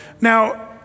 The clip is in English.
Now